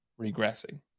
regressing